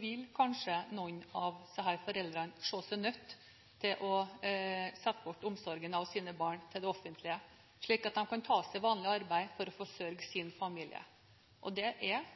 vil kanskje noen av foreldrene se seg nødt til å sette bort omsorgen av sine barn til det offentlige, slik at de kan ta seg vanlig arbeid for å forsørge sin familie. Det